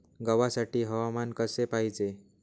गव्हासाठी हवामान कसे पाहिजे?